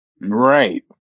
right